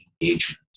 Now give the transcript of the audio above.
engagement